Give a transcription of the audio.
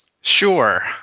Sure